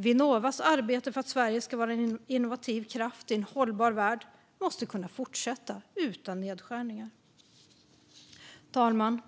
Vinnovas arbete för att Sverige ska vara en innovativ kraft i en hållbar värld måste kunna fortsätta utan nedskärningar. Fru talman!